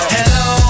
Hello